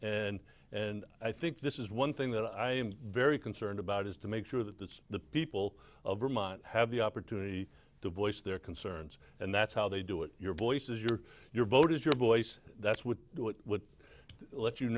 speaking and i think this is one thing that i am very concerned about is to make sure that that's the people of vermont have the opportunity to voice their concerns and that's how they do it your voices your your voters your voice that's what would let you